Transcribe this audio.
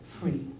free